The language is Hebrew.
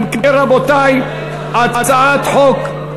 אם כן, הצעת חוק,